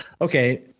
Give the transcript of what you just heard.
okay